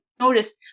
Notice